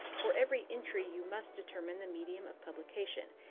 for every entry you must determine the medium of publication.